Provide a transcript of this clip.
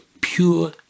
pure